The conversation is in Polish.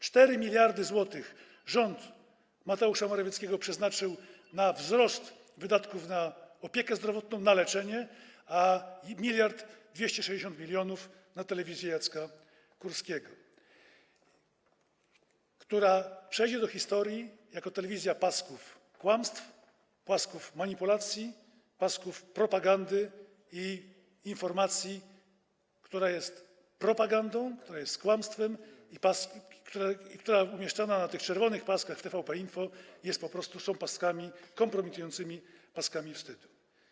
4 mld zł rząd Mateusza Morawieckiego przeznaczył na wzrost wydatków na opiekę zdrowotną, na leczenie, a 1260 mln zł na telewizję Jacka Kurskiego, która przejdzie do historii jako telewizja pasków kłamstw, pasków manipulacji, pasków propagandy i informacji, która jest propagandą, która jest kłamstwem, która umieszczana jest na tych czerwonych paskach w TVP Info, które są po prostu kompromitującymi paskami wstydu.